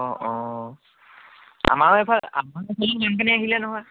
অঁ অঁ আমাৰ এইফালে আমাৰ এইফালেও বানপানী আহিলে নহয়